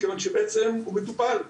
מכיוון שבעצם הוא מטופל,